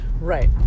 Right